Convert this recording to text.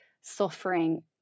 suffering